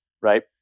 right